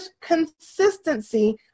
consistency